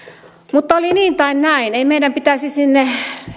mutta oli niin tai näin ei meidän pitäisi sinne